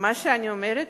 מה שאני אומרת,